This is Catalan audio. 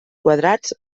quadrats